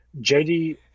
JD